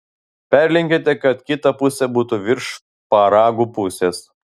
perlenkite kad kita pusė būtų virš šparagų pusės